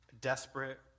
desperate